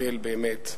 אבל באמת,